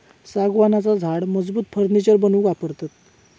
सागवानाचा झाड मजबूत फर्नीचर बनवूक वापरतत